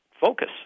Focus